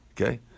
Okay